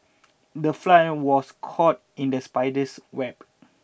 the fly was caught in the spider's web